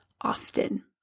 often